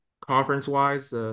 conference-wise